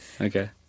Okay